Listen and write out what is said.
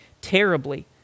terribly